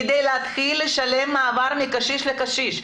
כדי להתחיל לשלם מעבר מקשיש לקשיש?